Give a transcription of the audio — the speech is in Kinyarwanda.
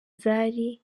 zari